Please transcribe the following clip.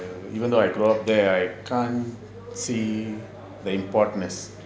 even though I grew up there I can't see the importance